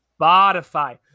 Spotify